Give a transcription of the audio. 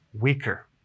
weaker